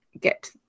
get